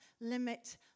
limit